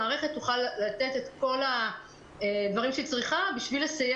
המערכת תוכל לתת את כל הדברים שהיא צריכה בשביל לסיים